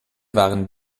waren